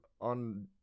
on